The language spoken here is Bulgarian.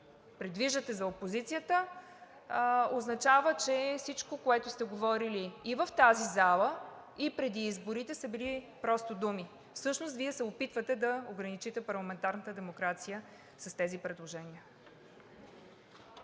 предвиждате за опозицията, означава, че всичко, което сте говорили и в тази зала, и преди изборите, са били просто думи. Всъщност Вие се опитвате да ограничите парламентарната демокрация с тези предложения.